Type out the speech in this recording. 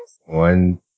One